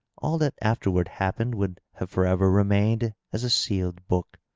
all that afterward happened would have forever remained as a sealed book.